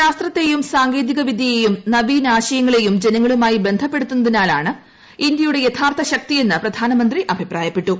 ശാസ്ത്രത്തെയും സാങ്കേതികവിദ്യയേയും ന വീനാശായങ്ങളേയും ജനങ്ങളുമായി ബന്ധപ്പെടുത്തുന്നതിലാണ് ഇന്ത്യ യുടെ യഥാർത്ഥ ശക്തിയെന്ന് പ്രധാനമന്ത്രി അഭിപ്രായപ്പെട്ടു